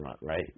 right